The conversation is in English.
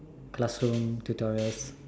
classroom tutorials